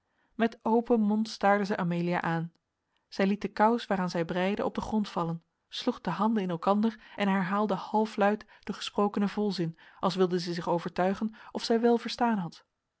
met open mond staarde zij amelia aan zij liet de kous waar aan zij breide op den grond vallen sloeg de handen in elkander en herhaalde halfluid den gesprokenen volzin als wilde zij zich overtuigen of zij wèl verstaan had